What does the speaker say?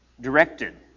directed